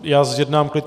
Já zjednám klid.